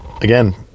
again